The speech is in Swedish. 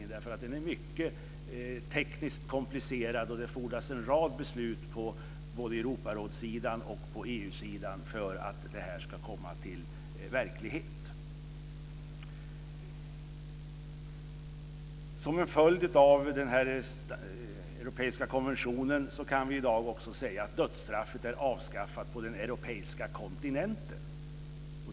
Den är tekniskt sett mycket komplicerad, och det fordras en rad beslut på både Europarådssidan och EU-sidan för att detta ska bli verklighet. Som en följd av denna europeiska konvention kan vi i dag också säga att dödsstraffet är avskaffat på den europeiska kontinenten.